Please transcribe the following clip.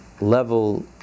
level